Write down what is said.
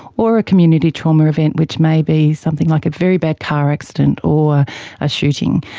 or a community trauma event which may be something like a very bad car accident or a shooting,